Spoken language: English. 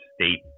state